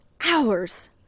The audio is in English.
Hours